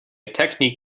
technique